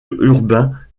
urbain